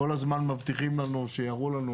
כל הזמן מבטיחים לנו שיראו לנו,